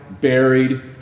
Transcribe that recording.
Buried